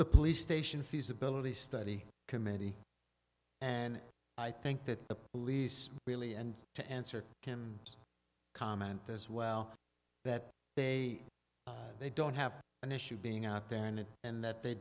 the police station feasibility study committee and i think that the police really and to answer can comment as well that they they don't have an issue being out there and that they